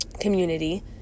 community